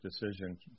decision